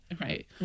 Right